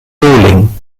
bowling